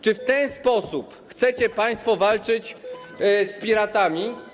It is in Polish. Czy w ten sposób chcecie państwo walczyć z piratami?